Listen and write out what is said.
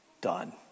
done